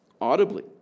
audibly